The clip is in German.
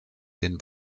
den